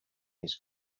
his